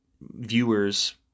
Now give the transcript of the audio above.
viewers